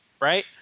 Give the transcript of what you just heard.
right